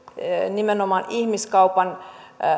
nimenomaan ihmiskaupan